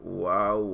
wow